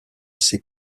ses